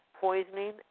poisoning